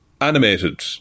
animated